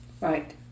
Right